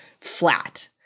flat